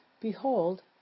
Behold